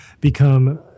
become